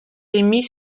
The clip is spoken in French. émis